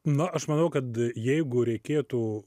na aš manau kad jeigu reikėtų